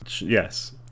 yes